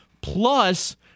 plus